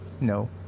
No